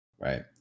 right